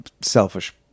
selfish